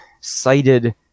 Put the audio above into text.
cited